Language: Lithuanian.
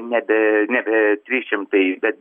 nebe nebe trys šimtai bet